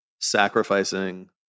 sacrificing